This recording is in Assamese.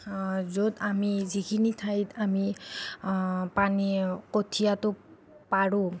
য'ত আমি যিখিনি ঠাইত আমি পানী কঠীয়াটো পাৰোঁ